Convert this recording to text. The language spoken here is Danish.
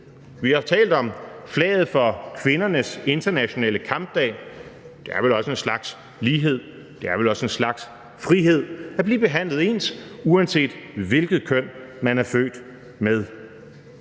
Vi har talt om flaget for kvindernes internationale kampdag. Det er vel også en slags lighed, det er vel også en slags frihed at blive behandlet ens, uanset hvilket køn man er født med.